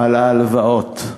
על ההלוואות.